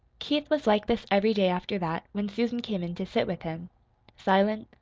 keith was like this every day after that, when susan came in to sit with him silent,